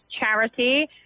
charity